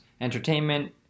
entertainment